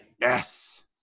Yes